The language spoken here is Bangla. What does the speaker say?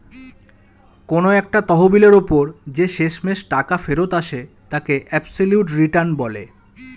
কোন একটা তহবিলের ওপর যে শেষমেষ টাকা ফেরত আসে তাকে অ্যাবসলিউট রিটার্ন বলে